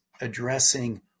addressing